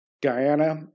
Diana